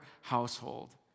household